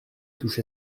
touche